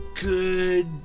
good